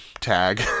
Tag